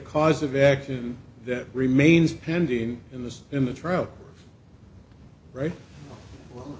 cause of action that remains pending in the in the trial right